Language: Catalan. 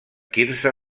quirze